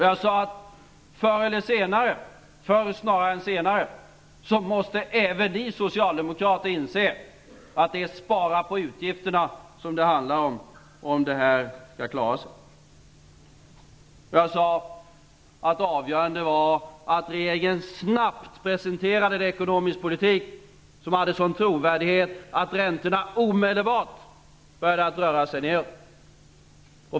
Jag sade att förr eller senare - snarare förr än senare - måste även ni socialdemokrater inse att det handlar om att spara på utgifterna om vi skall klara det här. Jag sade att det avgörande är att regeringen snabbt presenterar en ekonomisk politik som har en sådan trovärdighet att räntorna omedelbart skulle börja röra sig neråt.